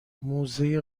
موزه